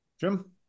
Jim